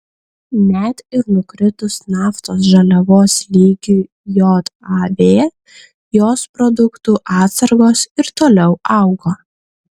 net ir nukritus naftos žaliavos lygiui jav jos produktų atsargos ir toliau augo